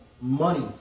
money